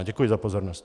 Děkuji za pozornost.